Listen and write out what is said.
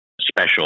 special